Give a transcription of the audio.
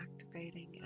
activating